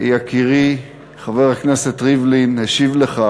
יקירי, חבר הכנסת ריבלין השיב לך